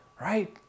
right